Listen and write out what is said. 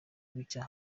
bucya